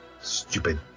Stupid